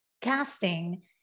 casting